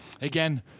Again